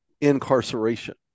incarceration